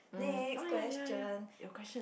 um oh ya ya ya your question